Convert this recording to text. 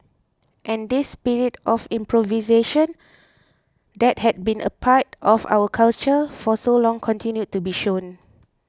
and this spirit of improvisation that had been part of our culture for so long continued to be shown